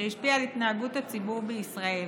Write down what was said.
שהשפיע על התנהגות הציבור בישראל.